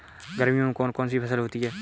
गर्मियों में कौन कौन सी फसल होती है?